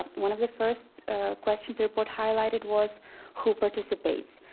one of the first questions the report highlighted was who participants.